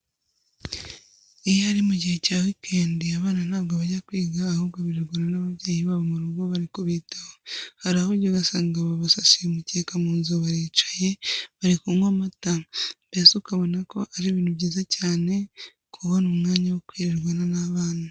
Iyo ari mu gihe cya weekend abana ntabwo bajya kwiga ahubwo birirwana n'ababyeyi babo mu rugo bari kubitaho. Hari aho ujya ugasanga babasasiye umukeka mu nzu baricaye, bari kunywa amata, mbese ukabona ko ari ibintu byiza cyane kubona umwanya wo kwirirwana n'abana.